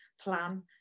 plan